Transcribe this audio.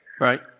right